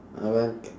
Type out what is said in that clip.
I went